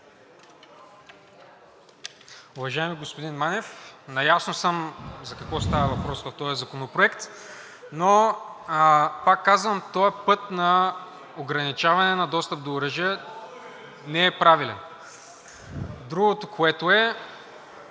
Уважаеми господин Манев, наясно съм за какво става въпрос в този законопроект, но пак казвам, този път на ограничаване на достъп до оръжия не е правилен. Другото, което е